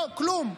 לא, כלום.